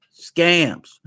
scams